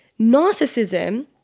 Narcissism